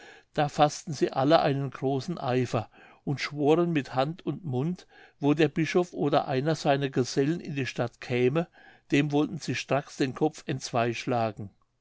da faßten sie alle einen großen eifer und schworen mit hand und mund wo der bischof oder einer seiner gesellen in die stadt käme dem wollten sie straks den kopf entzwei schlagen